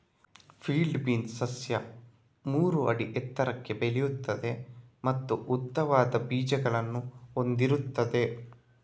field beans ಸಸ್ಯ ಮೂರು ಅಡಿ ಎತ್ತರಕ್ಕೆ ಬೆಳೆಯುತ್ತದೆ ಮತ್ತು ಉದ್ದವಾದ ಬೀಜಗಳನ್ನು ಹೊಂದಿರುತ್ತದೆ